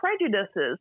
prejudices